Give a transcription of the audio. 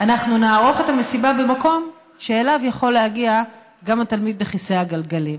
אנחנו נערוך את המסיבה במקום שאליו יכול להגיע גם התלמיד בכיסא הגלגלים?